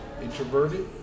introverted